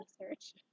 research